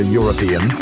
European